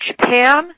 Japan